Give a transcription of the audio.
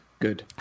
good